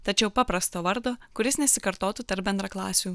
tačiau paprasto vardo kuris nesikartotų tarp bendraklasių